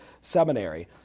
seminary